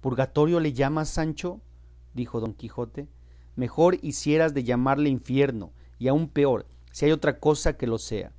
purgatorio le llamas sancho dijo don quijote mejor hicieras de llamarle infierno y aun peor si hay otra cosa que lo sea